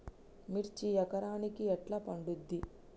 మిర్చి ఎకరానికి ఎట్లా పండుద్ధి?